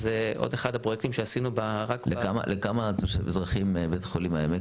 אז עוד אחד הפרויקטים שעשינו --- לכמה אזרחים בית חולים העמק,